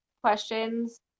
questions